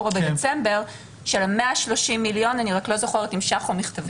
או בדצמבר של 130 מיליון מכתבים,